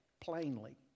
plainly